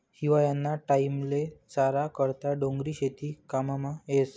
हिवायाना टाईमले चारा करता डोंगरी शेती काममा येस